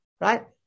right